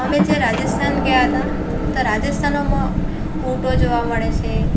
અમે જે રાજસ્થાન ગયા હતાં તો રાજસ્થાનોમાં ઊંટો જોવા મળે છે